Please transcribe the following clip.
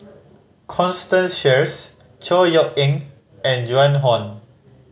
Constance Sheares Chor Yeok Eng and Joan Hon